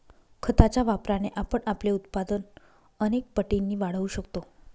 खताच्या वापराने आपण आपले उत्पादन अनेक पटींनी वाढवू शकतो